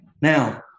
Now